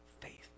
Faith